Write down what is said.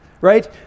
Right